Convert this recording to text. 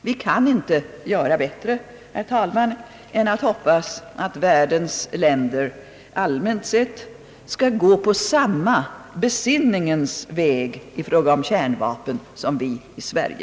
Vi kan inte göra något bättre, herr talman, än att hoppas att världens länder allmänt sett skall gå på samma besinningens väg i fråga om kärnvapen som vi i Sverige.